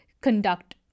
conduct